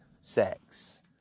sex